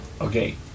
Okay